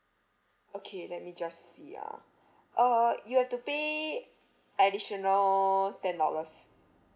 okay let me just see ah uh you have to pay additional ten dollars